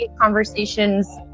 conversations